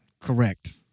Correct